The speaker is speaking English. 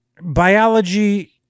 biology